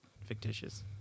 fictitious